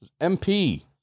MP